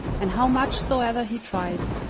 and how much soever he tried,